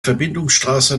verbindungsstraße